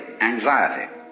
anxiety